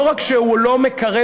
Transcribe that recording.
לא רק שהוא לא מקרב,